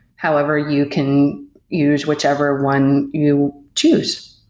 however, you can use whichever one you choose.